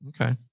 Okay